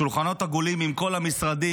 שולחנות עגולים עם כל המשרדים,